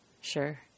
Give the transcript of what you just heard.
Sure